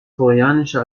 koreanische